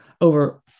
over